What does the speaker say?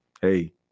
hey